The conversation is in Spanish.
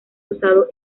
usado